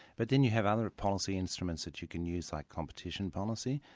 but then you have other policy instruments that you can use like competition policy,